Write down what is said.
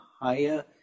higher